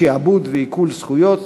שעבוד ועיקול זכויות),